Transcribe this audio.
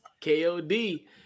KOD